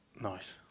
nice